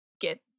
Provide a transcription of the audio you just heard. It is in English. get